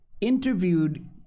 interviewed